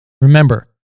Remember